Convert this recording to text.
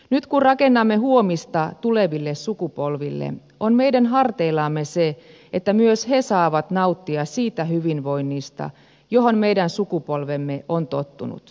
nyt kun rakennamme huomista tuleville sukupolville on meidän harteillamme se että myös he saavat nauttia siitä hyvinvoinnista johon meidän sukupolvemme on tottunut